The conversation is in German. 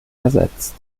ersetzt